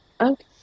Okay